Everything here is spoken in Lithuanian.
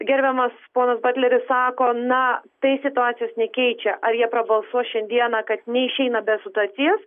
gerbiamas ponas butleris sako na tai situacijos nekeičia ar jie prabalsuos šiandieną kad neišeina be sutarties